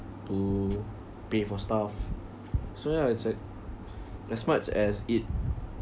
to pay for stuff so ya it's at as much as it